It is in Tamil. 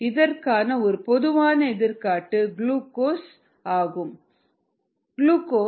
இதற்கான ஒரு பொதுவான எடுத்துக்காட்டு குளுக்கோஸ் C6H12O6 ஆகும்